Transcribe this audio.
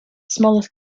smallest